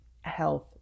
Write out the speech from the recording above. health